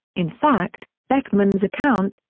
in fact, beckmann's account,